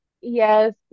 yes